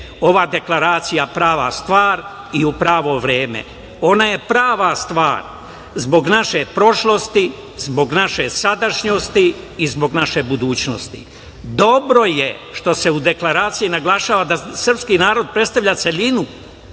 ova deklaracija prava stvar i u pravo vreme. Ona je prava stvar, zbog naše prošlosti, zbog naše sadašnjosti i zbog naše budućnosti. Dobro je što se u deklaraciji naglašava da srpski narod predstavlja celinu